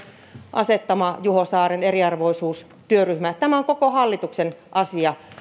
asettama juho saaren eriarvoisuustyöryhmä tämä on koko hallituksen asia